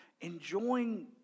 enjoying